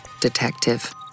detective